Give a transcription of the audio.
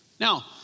Now